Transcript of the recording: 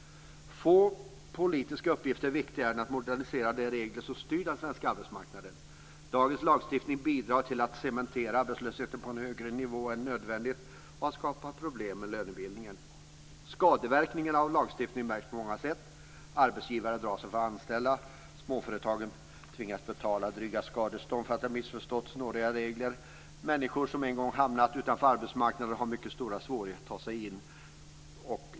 Få politiska uppgifter är viktigare än att modernisera de regler som styr den svenska arbetsmarknaden. Dagens lagstiftning bidrar till att cementera arbetslösheten på en högre nivå än nödvändigt och till att skapa problem med lönebildningen. Skadeverkningarna av lagstiftningen märks på många sätt: Arbetsgivare drar sig för att anställa, småföretagare tvingas betala dryga skadestånd därför att de missförstått snåriga regler och människor som en gång hamnat utanför arbetsmarknaden har mycket stora svårigheter att ta sig in.